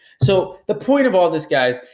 so, the point of all this, guys,